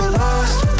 lost